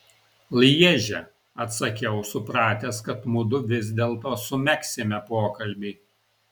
lježe atsakiau supratęs kad mudu vis dėlto sumegsime pokalbį